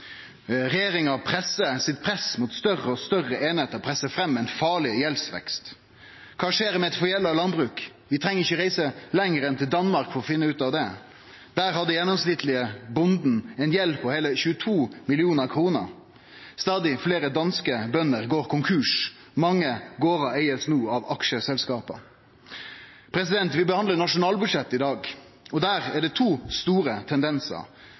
regjeringa for større og større einingar fører til ein farleg gjeldsvekst. Kva skjer med eit forgjelda landbruk? Vi treng ikkje å reise lenger enn til Danmark for å finne ut av det. Der har den gjennomsnittlege bonden ein gjeld på heile 22 mill. kr. Stadig fleire danske bønder går konkurs. Mange gardar er no eigde av aksjeselskap. Vi behandlar nasjonalbudsjettet i dag, og der er det to store tendensar: